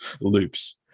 Loops